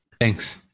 Thanks